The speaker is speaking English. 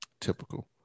Typical